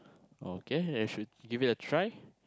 okay actually give it a try